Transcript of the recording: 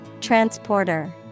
Transporter